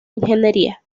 ingeniería